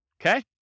Okay